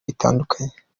bitandukanye